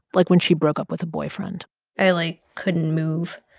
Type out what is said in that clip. like when she broke up with a boyfriend i, like, couldn't move.